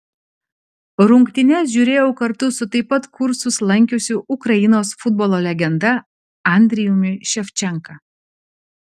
rungtynes žiūrėjau kartu su taip pat kursus lankiusiu ukrainos futbolo legenda andrijumi ševčenka